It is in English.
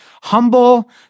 humble